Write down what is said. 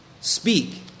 Speak